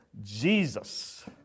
Jesus